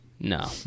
No